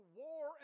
war